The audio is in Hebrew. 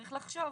צריך לחשוב,